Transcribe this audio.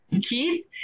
Keith